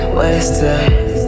wasted